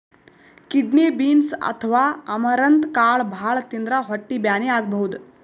kidney beans ಅಥವಾ amaranth ಕಾಳ್ ಭಾಳ್ ತಿಂದ್ರ್ ಹೊಟ್ಟಿ ಬ್ಯಾನಿ ಆಗಬಹುದ್